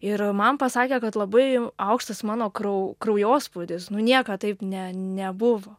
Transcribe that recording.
ir man pasakė kad labai aukštas mano kraujo krau kraujospūdis nu niekad taip ne nebuvo